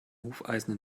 hufeisen